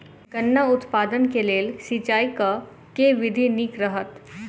गन्ना उत्पादन केँ लेल सिंचाईक केँ विधि नीक रहत?